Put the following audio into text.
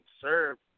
served